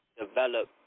develop